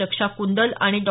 रक्षा कंदल आणि डॉ